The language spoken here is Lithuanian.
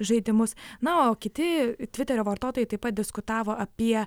žaidimus na o kiti tviterio vartotojai taip pat diskutavo apie